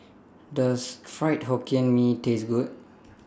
Does Fried Hokkien Mee Taste Good